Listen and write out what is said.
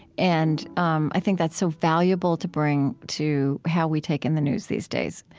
and um i think that's so valuable to bring to how we take in the news these days.